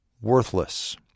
worthless